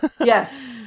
Yes